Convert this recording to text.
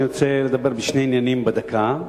אני רוצה לדבר בשני עניינים בדקה.